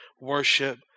worship